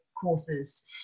courses